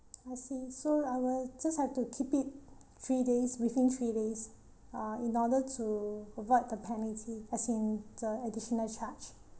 I see so I will just have to keep it three days within three days uh in order to avoid the penalty as in the additional charge